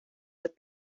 with